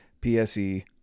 PSE